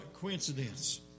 coincidence